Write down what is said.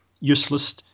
useless